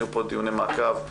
יהיו פה דיוני מעקב.